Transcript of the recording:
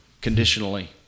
conditionally